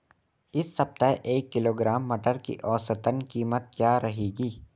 इस सप्ताह एक किलोग्राम मटर की औसतन कीमत क्या रहेगी?